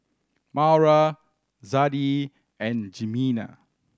Maura Zadie and Jimena